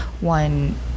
one